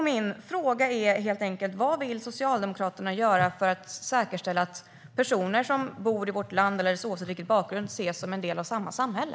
Min fråga är helt enkelt: Vad vill Socialdemokraterna göra för att säkerställa att personer som bor i vårt land, alldeles oavsett bakgrund, ses som en del av samma samhälle?